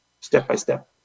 Step-by-step